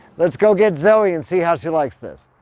let's go get zoe and see how she likes this.